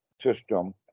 system